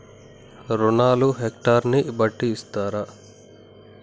రుణాలు హెక్టర్ ని బట్టి ఇస్తారా?